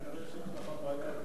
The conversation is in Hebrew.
כנראה יש לך בעיה כאן.